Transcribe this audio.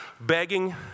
begging